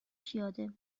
پیاده